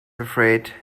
afraid